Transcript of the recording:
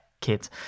kids